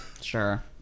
sure